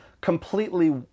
completely